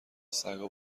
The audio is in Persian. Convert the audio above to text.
سگا